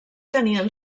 tenien